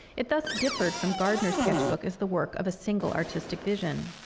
it thus differed from gardner's sketch book as the work of a single artistic vision.